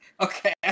okay